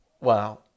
Wow